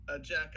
Jack